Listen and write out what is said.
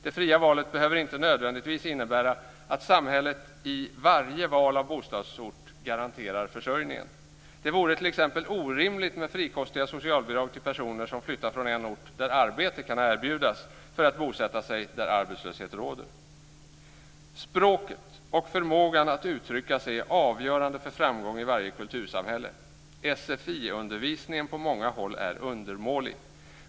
Det fria valet behöver inte nödvändigtvis innebära att samhället i varje val av bostadsort garanterar försörjningen. Det vore t.ex. orimligt med frikostiga socialbidrag till personer som flyttar från en ort där arbete kan erbjudas för att bosätta sig där arbetslöshet råder. Språket och förmågan att uttrycka sig är avgörande för framgång i varje kultursamhälle. Sfiundervisningen är på många håll undermålig.